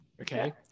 Okay